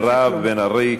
מירב בן ארי,